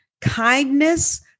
kindness